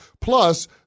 Plus